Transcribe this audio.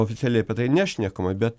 oficialiai apie tai nešnekama bet